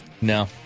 No